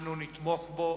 אנחנו נתמוך בו,